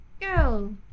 Go